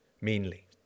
meanly